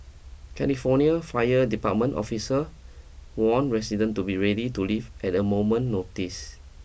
California Fire Department officer warn resident to be ready to leave at a moment notice